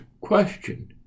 question